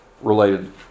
related